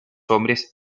hombres